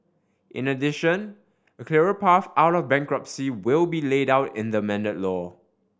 in addition a clearer path out of bankruptcy will be laid out in the amended law